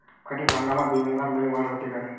खरीप हंगामात भुईमूगात लई वाढ होते का?